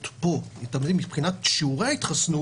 מבחינת שיעורי ההתחסנות,